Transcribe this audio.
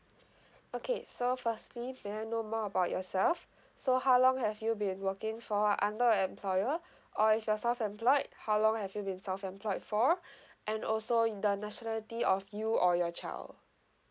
okay so firstly may I know more about yourself so how long have you been working for under an employer or if you're self employed how long have you been self employed for and also in the nationality of you or your child